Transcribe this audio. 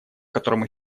котором